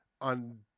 on